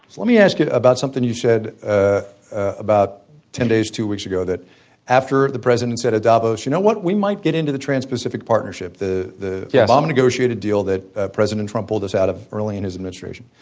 let me ask you about something you said ah about ten days, two weeks ago that after the president said at davos, you know what, we might get into the trans-pacific partnership the the yeah obama-negotiated deal that president trump pull this out early in his administration.